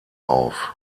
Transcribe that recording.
auf